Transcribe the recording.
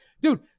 Dude